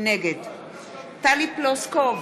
נגד טלי פלוסקוב,